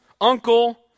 uncle